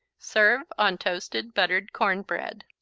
serve on toasted, buttered corn bread.